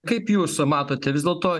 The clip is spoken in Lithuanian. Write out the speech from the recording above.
kaip jūs matote vis dėlto